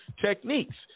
Techniques